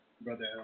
Brother